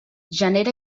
genera